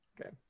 Okay